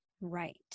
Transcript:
right